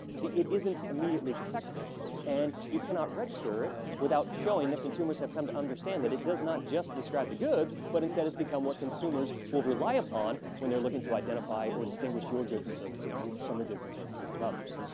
it isn't immediately protectable and you cannot register it without showing that consumers have come to understand that it does not just describe the goods but, instead, it's become what consumers will rely upon when they're looking to identify or distinguish your goods and services from the goods and services of others.